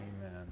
Amen